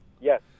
Yes